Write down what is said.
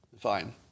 Fine